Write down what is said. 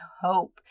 hope